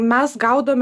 mes gaudome